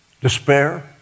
Despair